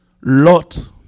Lot